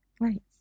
right